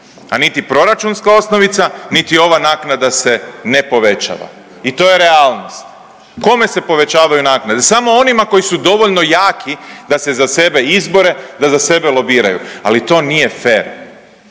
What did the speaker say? a niti proračunska osnovica, niti ova naknada se ne povećava. I to je realnost. Kome se povećavaju naknade? Samo onima koji su dovoljno jaki da se za sebe izbore, da za sebe lobiraju, ali to nije fer.